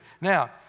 Now